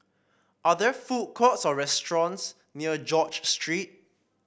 are there food courts or restaurants near George Street